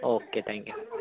okay thank you